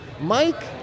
Mike